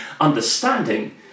understanding